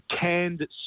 canned